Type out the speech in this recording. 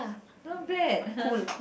not bad